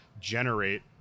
generate